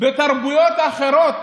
בתרבויות אחרות,